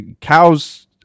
Cows